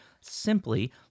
simply